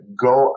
go